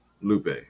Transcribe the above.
Lupe